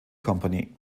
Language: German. company